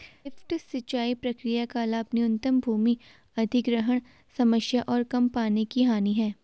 lift सिंचाई प्रणाली का लाभ न्यूनतम भूमि अधिग्रहण समस्या और कम पानी की हानि है